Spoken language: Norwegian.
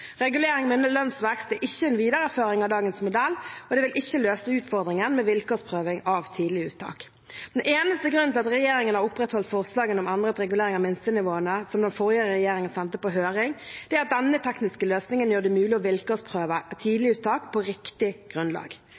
Regulering med lønnsvekst er ikke en videreføring av dagens modell, og det vil ikke løse utfordringen med vilkårsprøving av tidliguttak. Den eneste grunnen til at regjeringen har opprettholdt forslagene om endret regulering av minstenivåene som den forrige regjeringen sendte på høring, er at denne tekniske løsningen gjør det mulig å vilkårsprøve tidliguttak på riktig grunnlag.